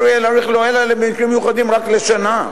יהיה להאריך לו אלא במקרים מיוחדים רק לשנה?